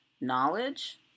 knowledge